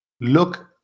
look